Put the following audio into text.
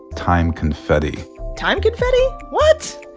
time confetti time confetti? what?